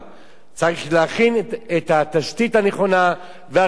צריך להכין את התשתית הנכונה והראויה.